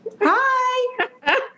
Hi